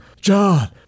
John